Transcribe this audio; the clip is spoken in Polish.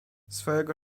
swojego